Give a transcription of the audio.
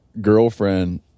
girlfriend